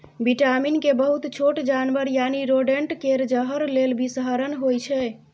vitamin के बहुत छोट जानबर यानी रोडेंट केर जहर लेल बिषहरण होइ छै